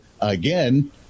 again